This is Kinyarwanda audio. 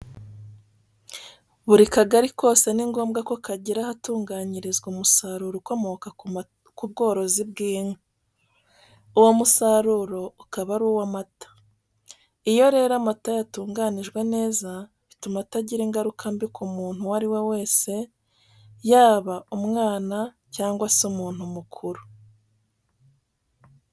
Buri kagari kose ni ngombwa ko kagira ahatunganyirizwa umusaruro ukomoka ku itungo ry'inka. Uwo musaruro ukaba ari uw'amata. Iyo rero amata yatunganyijwe neza, bituma atagira ingaruka mbi ku muntu uwo ari we wese, yaba umwana cyangwa se umuntu mukuru.